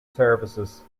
services